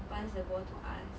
pass the ball to us